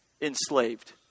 Enslaved